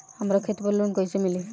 हमरा खेत पर लोन कैसे मिली?